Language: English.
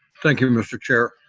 thank you, mr. chair.